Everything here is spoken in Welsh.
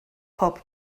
pob